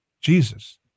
Jesus